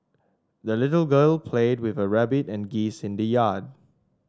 the little girl played with her rabbit and geese in the yard